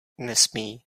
nesmí